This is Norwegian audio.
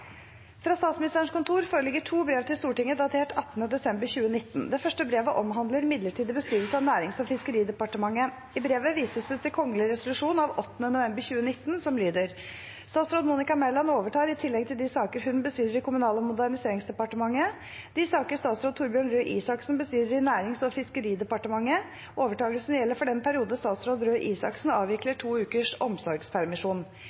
Fra Statsministerens kontor foreligger to brev til Stortinget datert 18. desember 2019. Det første brevet omhandler midlertidig bestyrelse av Nærings- og fiskeridepartementet. I brevet vises det til kongelig resolusjon av 8. november 2019, som lyder: «Statsråd Monica Mæland overtar, i tillegg til de saker hun bestyrer i Kommunal- og moderniseringsdepartementet, de saker statsråd Torbjørn Røe Isaksen bestyrer i Nærings- og fiskeridepartementet. Overtakelsen gjelder for den periode statsråd Røe Isaksen